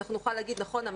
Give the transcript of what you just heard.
נוכל להגיד: נכון,